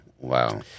Wow